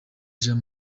jean